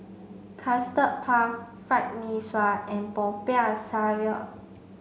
custard puff fried Mee Sua and Popiah Sayur